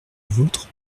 vôtre